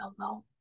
alone